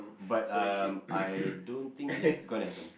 but um I don't think it's gonna happen